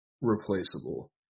replaceable